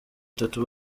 itatu